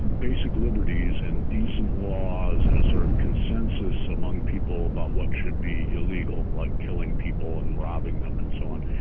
basic liberties and decent laws and a sort of consensus among people about what should be illegal, like killing people and robbing them and so on,